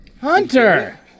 hunter